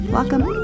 Welcome